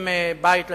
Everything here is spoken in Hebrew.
בית למשפחה,